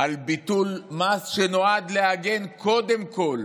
על ביטול מס שנועד להגן קודם כול